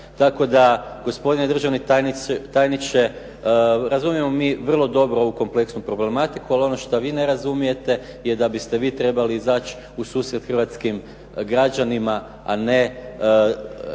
Tako da gospodin državni tajniče razumijemo mi vrlo dobro ovu kompleksnu problematiku, ali ono što vi ne razumijete je da biste vi trebali izaći u susret hrvatskim građanima, a ne reagirati